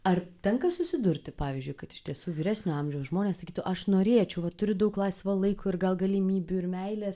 ar tenka susidurti pavyzdžiui kad iš tiesų vyresnio amžiaus žmonės sakytų aš norėčiau va turiu daug laisvo laiko ir gal galimybių ir meilės